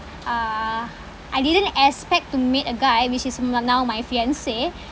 uh I didn't expect to meet a guy which is now my fiance